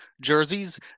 jerseys